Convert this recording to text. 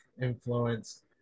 influence